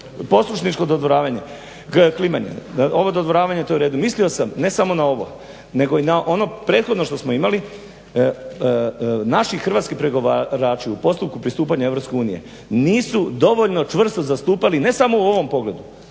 poslušničko dodvoravanje, klimanje, ovo dodvoravanje je u redu. Mislio sam ne samo na ovo nego i na ono prethodno što smo imali. Naši hrvatski pregovarači u postupku pristupanja EU nisu dovoljno čvrsto zastupali ne samo u ovom pogledu